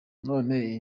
none